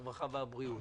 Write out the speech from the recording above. הרווחה והבריאות.